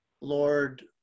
Lord